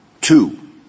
Two